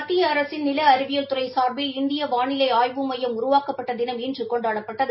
மத்திய அரசின் நில அறிவியல் துறை சார்பில் இந்திய வானிலை ஆய்வு மையம் உருவாக்கப்பட்ட தினம் இன்று கொண்டாடப்பட்டது